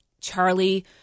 Charlie